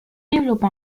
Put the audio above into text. développa